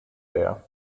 there